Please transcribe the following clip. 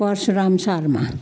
Parshuram Sharma